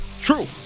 true